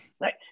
Right